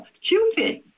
Cupid